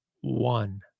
one